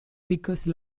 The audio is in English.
because